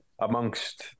amongst